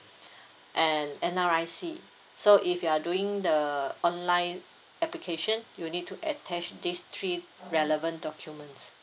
and N_R_I_C so if you are doing the online application you need to attach this three relevant documents